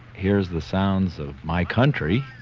here's the sounds of my country,